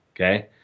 okay